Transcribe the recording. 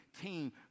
team